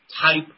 type